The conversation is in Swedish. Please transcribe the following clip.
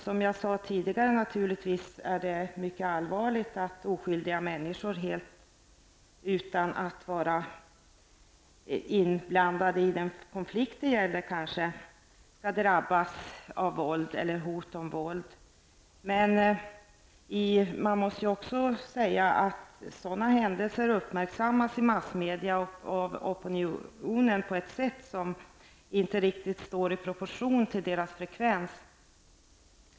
Som jag sade tidigare är det naturligtvis mycket allvarligt att oskyldiga människor helt utan att vara inblandade i den konflikt som det gäller skall drabbas av våld eller hot om våld. Men man måste också säga att sådana händelser uppmärksammas i massmedia och av opinionen på ett sätt som inte riktigt står i proportion till deras frekvens.